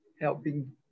helping